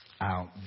out